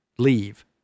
leave